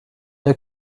der